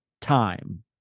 time